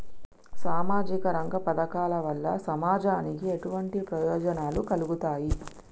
సామాజిక రంగ పథకాల వల్ల సమాజానికి ఎటువంటి ప్రయోజనాలు కలుగుతాయి?